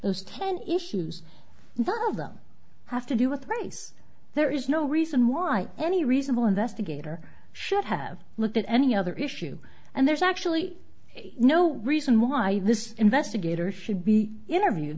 those ten issues that of them have to do with race there is no reason why any reasonable investigator should have looked at any other issue and there's actually no reason why this investigator should be interviewed